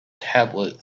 tablet